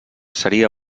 seria